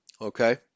okay